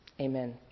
Amen